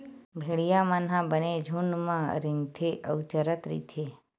भेड़िया मन ह बने झूंड म रेंगथे अउ चरत रहिथे